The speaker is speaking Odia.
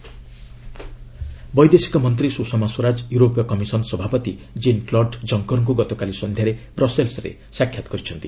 ସ୍ୱଷମା ବ୍ରସେଲ୍ସ୍ ବୈଦେଶିକ ମନ୍ତ୍ରୀ ସୁଷମା ସ୍ୱରାଜ ୟୁରୋପୀୟ କମିଶନ ସଭାପତି କିନ୍ କ୍ଲଡ୍ ଜଙ୍କର୍ଙ୍କୁ ଗତକାଲି ସନ୍ଧ୍ୟାରେ ବ୍ରସେଲ୍ସ୍ରେ ସାକ୍ଷାତ କରିଛନ୍ତି